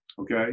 okay